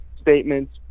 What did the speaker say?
statements